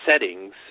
settings